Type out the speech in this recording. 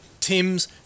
Tim's